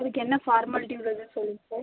அதுக்கு என்ன ஃபார்மாலிட்டீ உள்ளதுன்னு சொல்லுங்கள் சார்